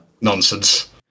nonsense